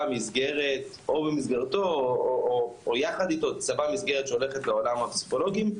או במסגרתו או יחד איתו תיצבע מסגרת שהולכת לעולם הפסיכולוגים.